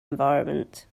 environment